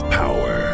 power